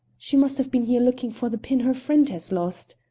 she must have been here looking for the pin her friend has lost,